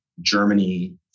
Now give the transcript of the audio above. Germany